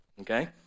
okay